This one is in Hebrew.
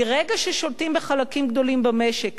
מרגע ששולטים על חלקים גדולים במשק,